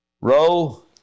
row